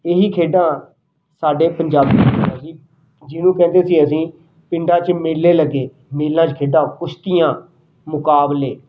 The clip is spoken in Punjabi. ਇਹੀ ਖੇਡਾਂ ਸਾਡੇ ਪੰਜਾਬੀਆਂ ਜਿਹਨੂੰ ਕਹਿੰਦੇ ਸੀ ਅਸੀਂ ਪਿੰਡਾਂ 'ਚ ਮੇਲੇ ਲੱਗੇ ਮੇਲਿਆਂ 'ਚ ਖੇਡਾਂ ਕੁਸ਼ਤੀਆਂ ਮੁਕਾਬਲੇ